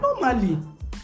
Normally